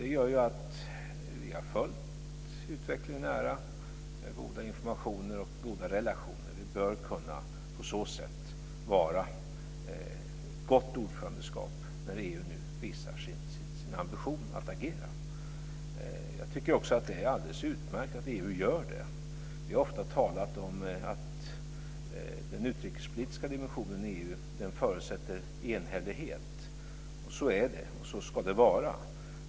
Det gör att vi har följt utvecklingen nära, med goda informationer och goda relationer. Vi bör på så sätt kunna utöva ett gott ordförandeskap när EU nu visar sin ambition att agera. Jag tycker också att det är alldeles utmärkt att EU gör det. Vi har ofta talat om att den utrikespolitiska dimensionen i EU förutsätter enhällighet, och så är det och så ska det vara.